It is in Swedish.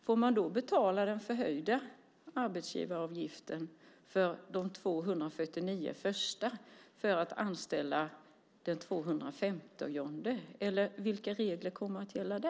Får man då betala den förhöjda arbetsgivaravgiften för de 249 första för att anställa den 250:e? Eller vilka regler kommer att gälla då?